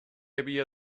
havia